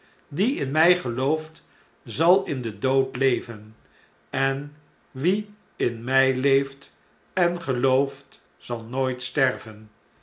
die in mjj gelooft zal in den dood leven en wie in mij leet't en gelooft zal nooit sterven